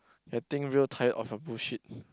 getting real tired of your bullshit